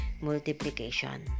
multiplication